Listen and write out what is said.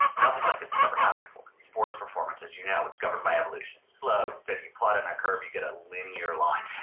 nothing like this has ever happened before. sports performance, as you know, is governed by evolution. slow, steady plot in the curve, you get a linear line.